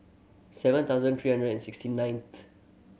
seven thousand three hundred and sixty ninth